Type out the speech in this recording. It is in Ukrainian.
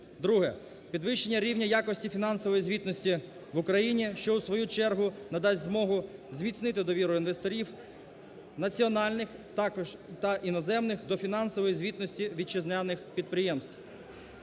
2) підвищення рівня якості фінансової звітності в Україні, що в свою чергу надасть змогу зміцнити довіру інвесторів національних також/та іноземних до фінансової звітності вітчизняних підприємств.